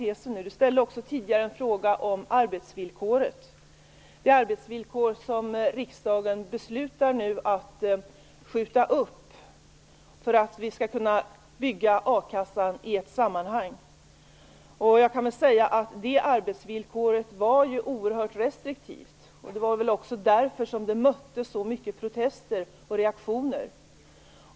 Han ställde också en fråga om det arbetsvillkor som riksdagen nu beslutar att skjuta upp för att vi skall kunna bygga a-kassan i ett sammanhang. Det arbetsvillkoret var oerhört restriktivt, och det var väl också därför som det väckte så mycket protester och reaktioner.